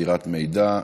(מסירת מידע).